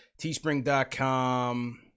Teespring.com